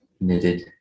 knitted